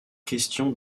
question